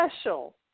special